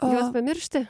juos pamiršti